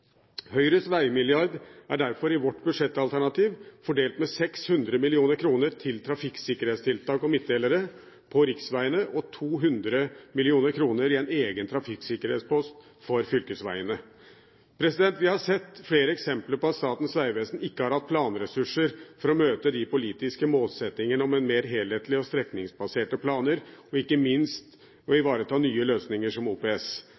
Høyres vegmilliard er derfor i vårt budsjettalternativ fordelt med 600 mill. kr til trafikksikkerhetstiltak og midtdelere på riksvegene og 200 mill. kr i en trafikksikringspost for fylkesvegene. Vi har sett flere eksempler på at Statens vegvesen ikke har hatt ressurser for å møte de politiske målsettingene om mer helhetlige og strekningsbaserte planer, ikke minst å ivareta nye løsninger som OPS.